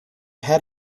had